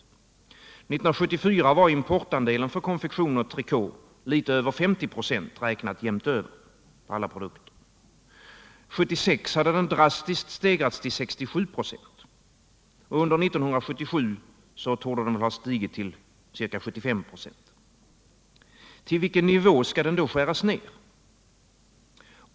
1974 var importandelen för konfektion och trikå litet över 50 96, räknat jämnt över på alla produkter. 1976 hade andelen drastiskt stegrats till 67 96. Under 1977 torde den ha stigit till ca 75 96. Till vilken nivå skall den då skäras ner?